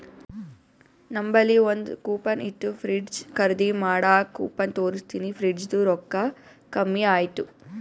ನಂಬಲ್ಲಿ ಒಂದ್ ಕೂಪನ್ ಇತ್ತು ಫ್ರಿಡ್ಜ್ ಖರ್ದಿ ಮಾಡಾಗ್ ಕೂಪನ್ ತೋರ್ಸಿನಿ ಫ್ರಿಡ್ಜದು ರೊಕ್ಕಾ ಕಮ್ಮಿ ಆಯ್ತು